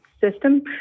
system